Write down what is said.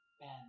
Ben